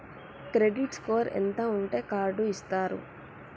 Credit score ఎంత ఉంటే card ఇస్తారు?